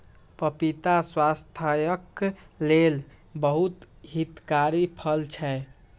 पपीता स्वास्थ्यक लेल बहुत हितकारी फल छै